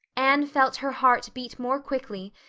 anne felt her heart beat more quickly,